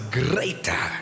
greater